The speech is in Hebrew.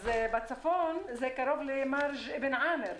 אז בצפון זה קרוב למרג' אבן עמר,